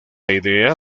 idea